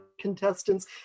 contestants